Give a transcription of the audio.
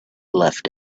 left